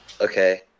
Okay